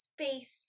space